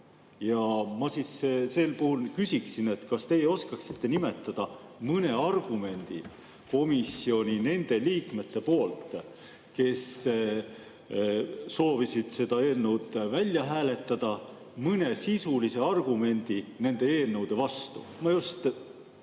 toimunud. Sel puhul ma küsiksin, kas teie oskate nimetada mõne argumendi komisjoni nende liikmete poolt, kes soovisid seda eelnõu välja hääletada, mõne sisulise argumendi nende eelnõude vastu. Ma mõtlen